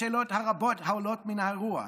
לשאלות הרבות העולות מן האירוע: